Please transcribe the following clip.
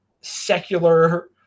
secular